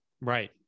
Right